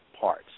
parts